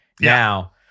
Now